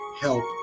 help